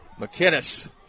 McKinnis